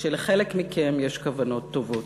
שלחלק מכם יש כוונות טובות,